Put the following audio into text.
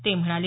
ते म्हणाले